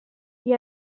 qui